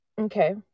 Okay